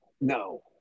no